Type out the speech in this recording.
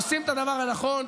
עושים את הדבר הנכון.